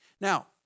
Now